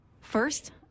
First